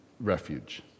refuge